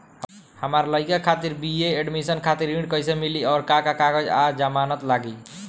हमार लइका खातिर बी.ए एडमिशन खातिर ऋण कइसे मिली और का का कागज आ जमानत लागी?